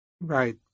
Right